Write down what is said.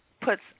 puts